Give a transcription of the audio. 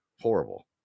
Horrible